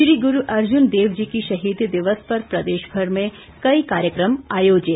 श्री गुरु अर्जुन देव जी के शहीदी दिवस पर प्रदेश भर में कई कार्यक्रम आयोजित